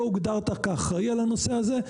לא הוגדרת כאחראי על הנושא הזה.